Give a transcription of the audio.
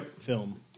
film